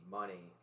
money